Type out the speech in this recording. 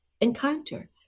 encounter